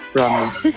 Promise